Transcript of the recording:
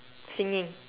singing